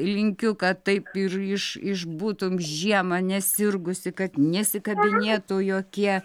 linkiu kad taip ir iš išbūtum žiemą nesirgusi kad nesikabinėtų jokie